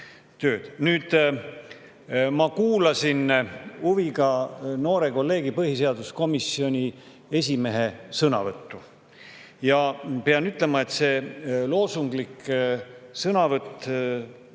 Ma kuulasin huviga noore kolleegi, põhiseaduskomisjoni esimehe sõnavõttu. Pean ütlema, et see loosunglik sõnavõtt,